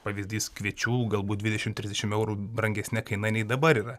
pavyzdys kviečių galbūt dvidešimt trisdešimt eurų brangesne kaina nei dabar yra